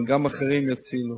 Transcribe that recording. מגן-דוד-אדום,